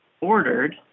ordered